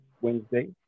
Wednesday